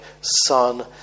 Son